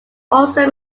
also